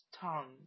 tongue